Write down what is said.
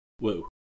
Woo